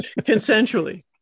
Consensually